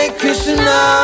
Krishna